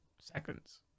seconds